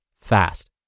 fast